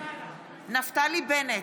בהצבעה נפתלי בנט,